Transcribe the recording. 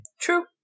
true